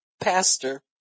pastor